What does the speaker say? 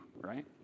right